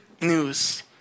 news